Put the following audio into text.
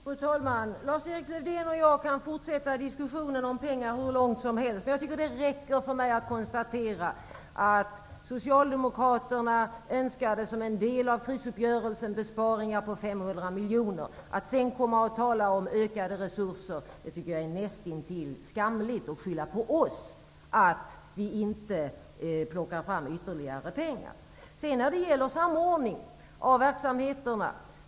Fru talman! Lars-Erik Lövdén och jag kan fortsätta diskussionen om pengar hur länge som helst. Jag tycker att det räcker med att konstatera att Socialdemokraterna önskade som en del av krisuppgörelsen besparingar på 500 miljoner kronor. Jag tycker att det är näst intill skamligt att tala om ökade resurser och att skylla på oss för att ytterligare pengar inte kan tas fram. Sedan har vi frågan om samordningen av verksamheterna.